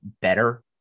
better